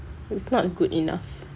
it's not good enough